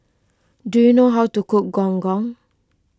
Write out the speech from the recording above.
do you know how to cook Gong Gong